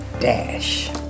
Dash